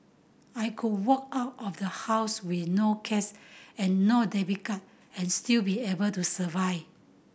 I could walk out of the house with no cash and no debit card and still be able to survive